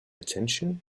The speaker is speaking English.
attention